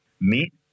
Meat